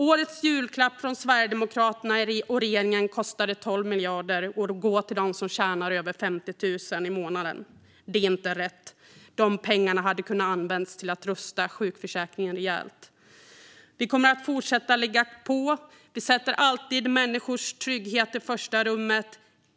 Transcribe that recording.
Årets julklapp från Sverigedemokraterna och regeringen kostade 12 miljarder och går till dem som tjänar över 50 000 i månaden. Det är inte rätt. De pengarna hade kunnat användas till att rusta sjukförsäkringen rejält. Vi kommer att fortsätta driva på. Vi sätter alltid människors trygghet i främsta rummet.